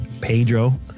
Pedro